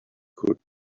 could